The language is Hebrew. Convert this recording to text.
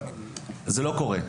זה לא קורה.